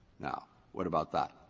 now, what about that?